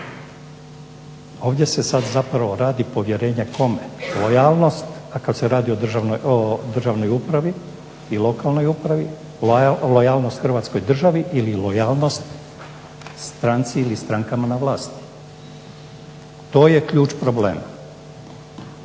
Ovdje se sad zapravo radi povjerenje kome, lojalnost, a kad se radi o državnoj upravi i lokalnoj upravi, lojalnost Hrvatskoj državi ili lojalnost stranci ili strankama na vlasti. To je ključ problema.